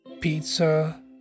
Pizza